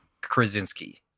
Krasinski